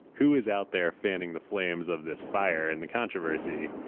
who is out there fanning the flames of this fire and the controversy?